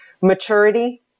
maturity